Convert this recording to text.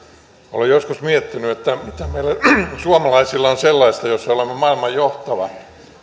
olen joskus miettinyt mitä meillä suomalaisilla on sellaista jossa olemme maailman johtava